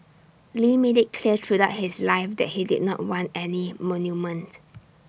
lee made IT clear throughout his life that he did not want any monuments